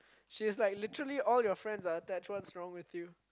she's like literally all your friends are attached what's wrong with you